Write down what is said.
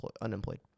unemployed